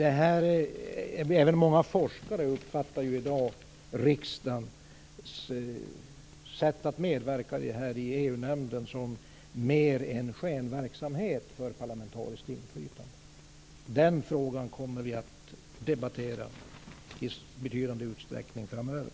Även många forskare uppfattar i dag riksdagens sätt att medverka i besluten i EU-nämnden som en skenverksamhet när det gäller parlamentariskt inflytande. Den frågan kommer vi att debattera i betydande utsträckning framöver.